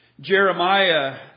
Jeremiah